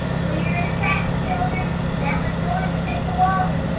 clear the track, children! bella's going to take a walk,